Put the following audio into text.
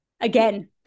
again